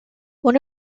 one